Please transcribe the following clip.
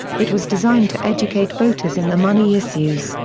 it was designed to educate voters in the money issues,